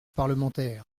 parlementaire